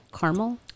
Caramel